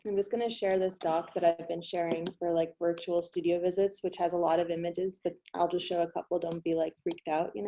just gonna share this doc that i've been sharing for like virtual studio visits, which has a lot of images but i'll just show a couple, don't be like freaked out. you know